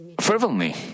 fervently